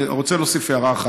אני רוצה להוסיף הערה אחת.